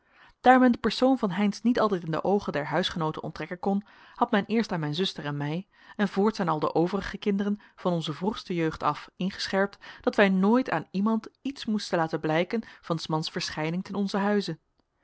daar men de persoon van heynsz niet altijd aan de oogen der huisgenooten onttrekken kon had men eerst aan mijn zuster en mij en voorts aan al de overige kinderen van onze vroegste jeugd af ingescherpt dat wij nooit aan iemand iets moesten laten blijken van s mans verschijning ten onzen huize